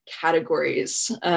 categories